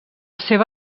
seva